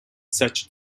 such